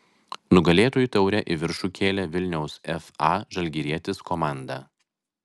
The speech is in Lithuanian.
nugalėtojų taurę į viršų kėlė vilniaus fa žalgirietis komanda